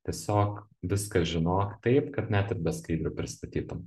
tiesiog viską žinok taip kad net ir be skaidrių pristatytum